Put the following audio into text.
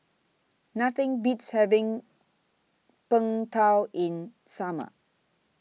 Nothing Beats having Png Tao in Summer